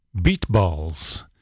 Beatballs